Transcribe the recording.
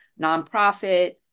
nonprofit